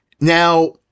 Now